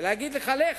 ולהגיד לך: לך,